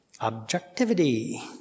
objectivity